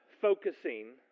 focusing